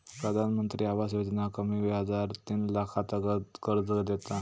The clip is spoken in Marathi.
प्रधानमंत्री आवास योजना कमी व्याजार तीन लाखातागत कर्ज देता